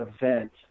event